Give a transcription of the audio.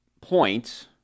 points